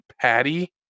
patty